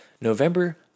November